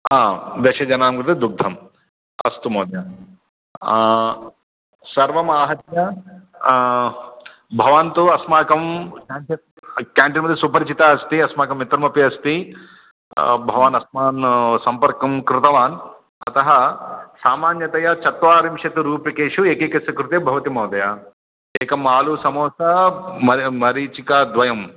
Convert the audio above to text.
दशजनां कृते दुग्धम् अस्तु महोदय सर्वम् आहत्य भवान् तु अस्माकं केण्टिन् केण्टिन् मध्ये सुपरिचीतः अस्ति अस्माकं मित्रमपि अस्ति भवान् अस्मान् सम्पर्कं कृतवान् अतः सामान्यतया चत्वारिंशत् रूप्यकेषु एकैकस्य कृते भवति महोदय एकम् आलुसमोसा मरीचिकाद्वयम्